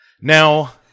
Now